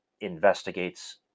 investigates